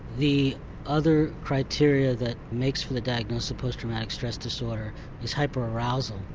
the other criteria that makes for the diagnosis of post traumatic stress disorder is hyper-arousal.